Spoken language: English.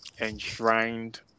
enshrined